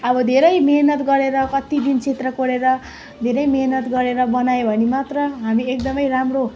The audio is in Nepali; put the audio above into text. अब धेरै मिहिनेत गरेर कति दिन चित्र कोरेर धेरै मिहिनेत गरेर बनायो भने मात्र हामी एकदमै राम्रो